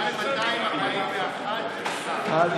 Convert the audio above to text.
עד 241. עד